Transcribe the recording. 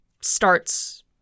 starts